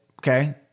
Okay